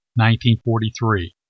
1943